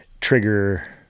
trigger